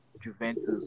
Juventus